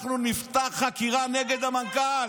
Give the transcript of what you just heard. אנחנו נפתח חקירה נגד המנכ"ל.